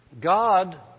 God